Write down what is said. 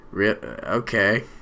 Okay